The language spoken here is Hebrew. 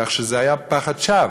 כך שזה היה פחד שווא.